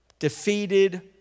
defeated